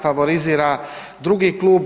Favorizira drugi klub.